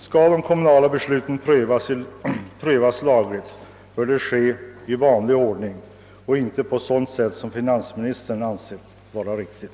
Skall de kommunala besluten prövas lagligt, bör det ske i vanlig ordning och inte på det sätt som finansministern anser vara riktigt.